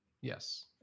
yes